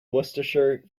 worcestershire